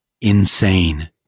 insane